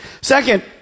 Second